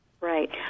Right